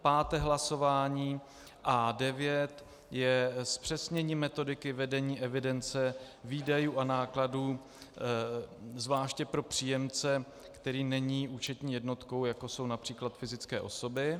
Páté hlasování A9 je zpřesnění metodiky vedení evidence výdajů a nákladů zvláště pro příjemce, který není účetní jednotkou, jako jsou například fyzické osoby.